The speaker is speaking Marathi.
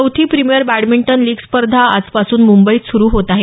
चौथी प्रिमिअर बॅडमिंटन लीग स्पर्धा आजपासून मुंबईत सुरु होत आहे